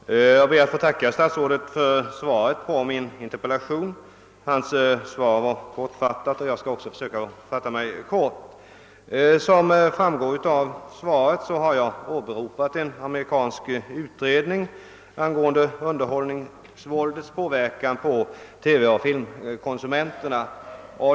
Herr talman! Jag ber att få tacka statsrådet för svaret på min interpellation. Hans svar var kortfattat, och jag skall också söka fatta mig kort. Som framgår av svaret har jag åberopat en amerikansk utredning angående underhållningsvåldets inverkan på TV och filmkonsumenterna.